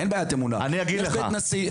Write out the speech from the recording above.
אין בעיית אמונה, יש בית נשיא.